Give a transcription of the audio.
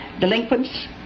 delinquents